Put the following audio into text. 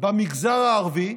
במגזר הערבי,